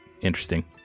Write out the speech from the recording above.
interesting